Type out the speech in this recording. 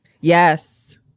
Yes